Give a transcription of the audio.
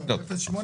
לא, 08,